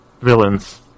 villains